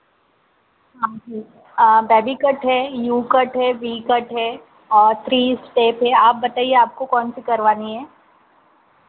हाँ ठीक है बेबी कट है यू कट है वी कट है और थ्री स्टेप है आप बताइए आपको कौन सी करवानी है